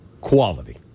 Quality